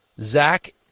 Zach